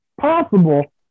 possible